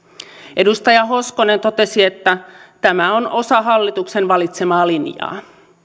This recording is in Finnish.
edustaja hoskonen totesi että tämä on osa hallituksen valitsemaa linjaa